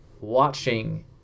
watching